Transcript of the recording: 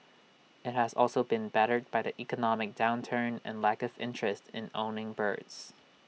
IT has also been battered by the economic downturn and lack of interest in owning birds